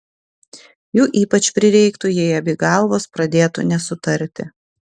jų ypač prireiktų jei abi galvos pradėtų nesutarti